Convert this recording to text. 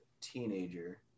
teenager